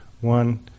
one